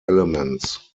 elements